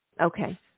Okay